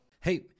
Hey